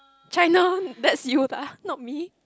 try loh that is you lah not me